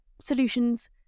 solutions